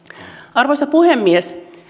arvoisa puhemies